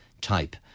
type